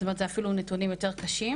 זאת אומרת זה אפילו נתונים יותר קשים.